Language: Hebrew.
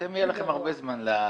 אתם יהיה לכם הרבה זמן לזה.